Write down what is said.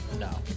No